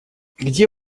где